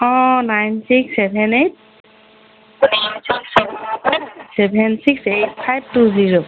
অঁ nine six seven eight seven six eight five two zero